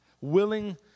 Willing